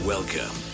Welcome